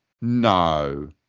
No